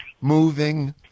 moving